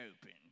opened